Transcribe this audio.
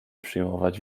przyjmować